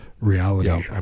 reality